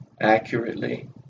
accurately